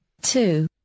two